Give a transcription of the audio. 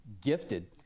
Gifted